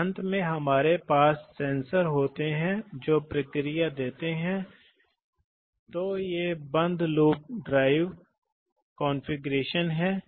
इसी तरह आपके पास गैर सकारात्मक विस्थापन प्रकार हो सकते हैं यहां हमने एक आंकड़ा नहीं दिखाया है लेकिन यह